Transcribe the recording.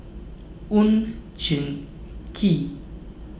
Oon Jin Gee